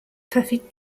perfect